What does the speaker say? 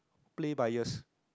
play by ears